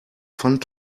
pfand